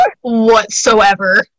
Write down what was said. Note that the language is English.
whatsoever